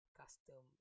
custom